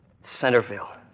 Centerville